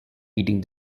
eating